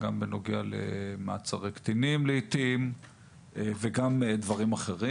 גם בנוגע למעצרי קטינים לעיתים וגם דברים אחרים.